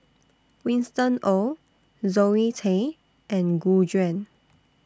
Winston Oh Zoe Tay and Gu Juan